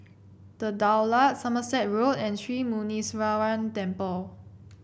The Daulat Somerset Road and Sri Muneeswaran Temple